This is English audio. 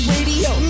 Radio